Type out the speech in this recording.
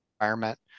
environment